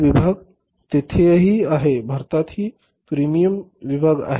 तो विभाग तिथेही आहे भारतातही प्रीमियम विभाग आहेत